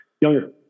Younger